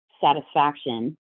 satisfaction